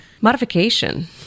modification